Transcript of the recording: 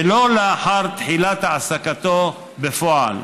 ולא לאחר תחילת העסקתו בפועל.